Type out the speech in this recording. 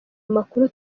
amakuru